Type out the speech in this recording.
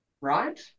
right